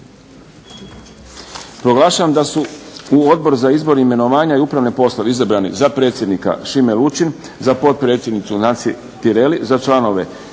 Proglašavam da su u Odbor za izbor, imenovanja i upravne poslove izabrani za predsjednika Šime Lučin, za potpredsjednicu Nansi Tireli, za članove